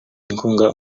inkunga